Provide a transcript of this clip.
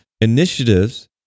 initiatives